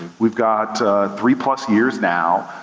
we've got three plus years now,